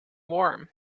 warm